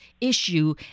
issue